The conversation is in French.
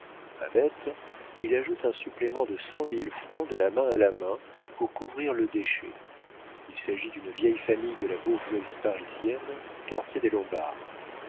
bête il ajoute un supplément de cent mille francs de la main à la main pour couvrir le déchet il s'agit d'une vieille famille de la bourgeoisie parisienne quartier des lombards